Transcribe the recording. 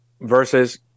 Versus